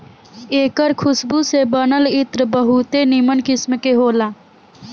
एकर खुशबू से बनल इत्र बहुते निमन किस्म के होला